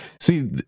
See